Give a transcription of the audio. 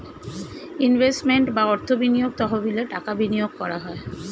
investment বা অর্থ বিনিয়োগ তহবিলে টাকা বিনিয়োগ করা হয়